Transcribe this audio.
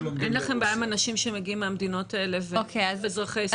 אין לכם בעיה אם אנשים שמגיעים מהמדינות האלה והם אזרחי ישראל?